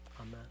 amen